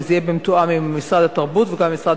אם זה יהיה במתואם עם משרד התרבות וגם עם משרד